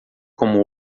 como